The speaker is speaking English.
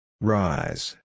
rise